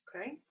Okay